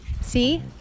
See